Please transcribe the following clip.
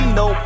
no